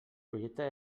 projecte